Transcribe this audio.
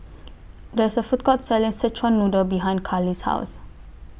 There IS A Food Court Selling Szechuan Noodle behind Karlie's House